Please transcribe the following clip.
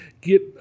get